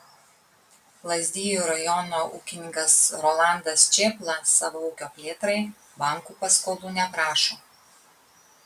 lazdijų rajono ūkininkas rolandas čėpla savo ūkio plėtrai bankų paskolų neprašo